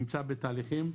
נמצא בתהליכים,